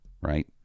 right